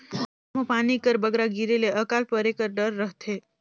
कभों कभों पानी कर बगरा गिरे ले अकाल परे कर डर रहथे